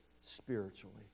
spiritually